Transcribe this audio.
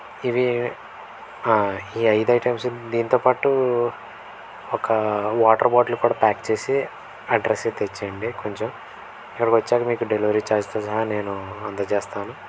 ఇవి ఈ ఐదు ఐటెమ్స్ దీంతో పాటు ఒక వాటర్ బాటిల్ కుడా ప్యాక్ చేసి అడ్రెస్కి తెచ్చేయండి కొంచెం ఇక్కడికి వచ్చాక మీకు డెలివరీ చార్జ్తో సహా నేను అందజేస్తాను